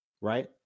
right